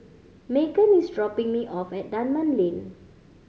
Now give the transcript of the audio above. Maegan is dropping me off at Dunman Lane